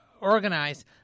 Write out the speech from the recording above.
organize